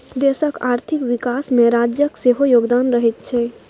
देशक आर्थिक विकासमे राज्यक सेहो योगदान रहैत छै